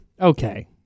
Okay